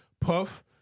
Puff